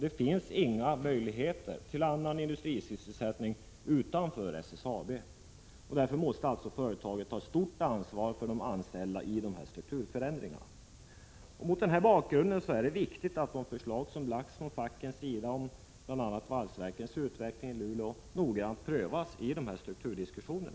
Det finns inga möjligheter till industrisysselsättning utanför SSAB. Därför måste företaget ta ett stort ansvar för de anställda vid genomförandet av strukturförändringarna. Mot denna bakgrund är det viktigt att de förslag som framlagts från fackens sida om bl.a. utvecklingen av valsverket i Luleå noggrant prövas i dessa strukturdiskussioner.